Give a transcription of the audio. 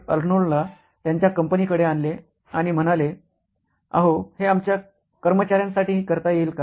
अर्नोल्डला त्यांच्या कंपनीकडे आणले आणि म्हणाले "अहो हे आमच्या कर्मचार्यांसाठीही करता येईल का